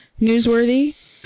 newsworthy